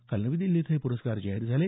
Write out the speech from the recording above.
काल नवी दिल्ली इथं हे प्रस्कार जाहीर झाले